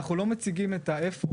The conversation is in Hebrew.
אנחנו לא מציגים את ההיפך,